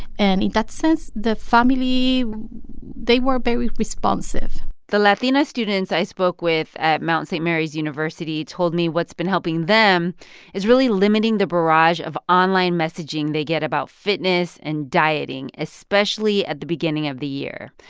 and in that sense, the family they were very responsive the latina students i spoke with at mount saint mary's university told me what's been helping them is really limiting the barrage of online messaging they get about fitness and dieting, especially at the beginning of the year.